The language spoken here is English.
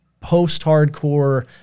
post-hardcore